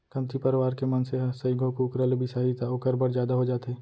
कमती परवार के मनसे ह सइघो कुकरा ल बिसाही त ओकर बर जादा हो जाथे